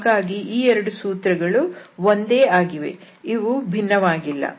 ಹಾಗಾಗಿ ಈ ಎರಡು ಸೂತ್ರಗಳು ಒಂದೇ ಆಗಿವೆ ಇವು ಭಿನ್ನವಾಗಿಲ್ಲ